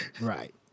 Right